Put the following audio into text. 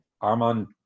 Armand